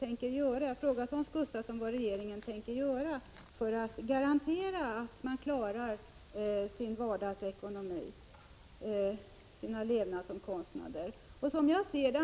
Jag har frågat Hans Gustafsson vad regeringen tänker göra för att garantera att människor skall kunna klara sin vardagsekonomi, sina leynadsomkostnader. Som jag ser det